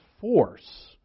force